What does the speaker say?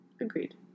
agreed